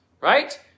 right